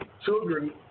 Children